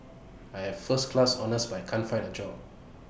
I have first class honours but I can't find A job